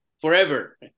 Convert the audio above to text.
forever